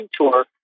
tour